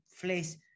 place